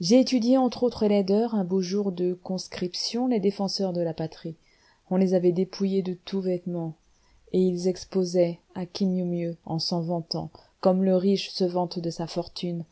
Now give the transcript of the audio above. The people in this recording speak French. j'ai étudié entre autres laideurs un beau jour de conscription les défenseurs de la patrie on les avait dépouillés de tout vêtement et ils exposaient à qui mieux mieux en s'en vantant comme le riche se vante de sa fortune